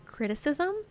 Criticism